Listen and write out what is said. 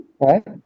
right